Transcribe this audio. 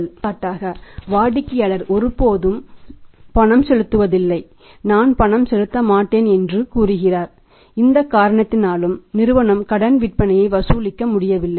எடுத்துக்காட்டாகவாடிக்கையாளர் ஒருபோதும் செலுத்துவதில்லை நான் பணம் செலுத்த மாட்டேன் என்று கூறுகிறார் இந்த காரணத்தினாலும் நிறுவனம் கடன் விற்பனையை வசூலிக்க முடியவில்லை